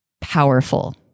powerful